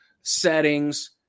settings